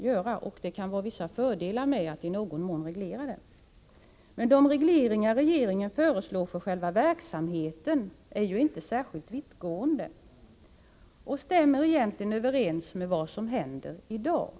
Det kan vara förenat med vissa fördelar att i någon mån reglera denna verksamhet. Men de regleringar för själva verksamheten som regeringen föreslår är inte särskilt vittgående och stämmer egentligen överens med vad som händer i dag.